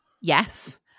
yes